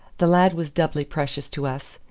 the lad was doubly precious to us,